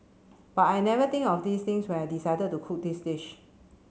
but I never think of these things when I decided to cook this dish